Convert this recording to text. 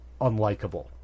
unlikable